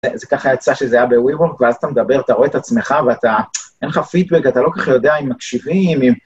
זה ככה יצא שזה היה בוויבורק, ואז אתה מדבר, אתה רואה את עצמך ואתה... אין לך פידבק, אתה לא כל כך יודע אם מקשיבים, אם...